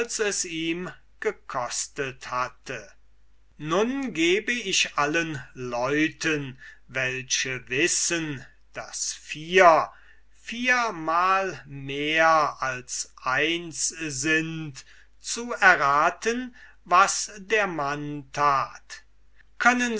es ihm gekostet hatte nun gehe ich allen leuten welche wissen daß viere viermal mehr als eins sind zu erraten was der mann tat können